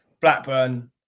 Blackburn